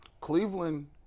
Cleveland